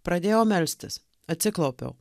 pradėjau melstis atsiklaupiau